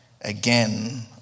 again